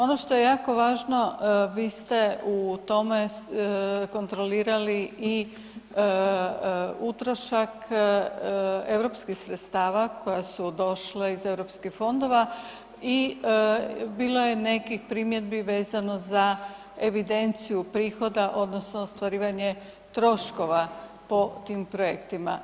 Ono što je jako važno, vi ste u tome kontrolirali i utrošak europskih sredstava koja su došla iz Europskih fondova i bilo je nekih primjedbi vezano za evidenciju prihoda odnosno ostvarivanje troškova po tim projektima.